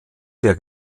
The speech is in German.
der